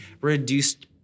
reduced